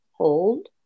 Hold